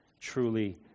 truly